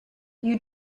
you